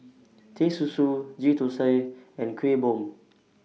Teh Susu Ghee Thosai and Kuih Bom